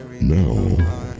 Now